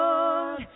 Lord